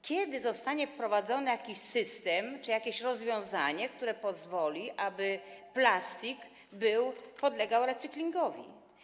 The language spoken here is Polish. Kiedy zostanie wprowadzony jakiś system czy jakieś rozwiązanie, które pozwolą, aby plastik podlegał recyklingowi?